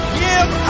give